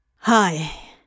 Hi